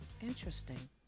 Interesting